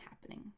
happening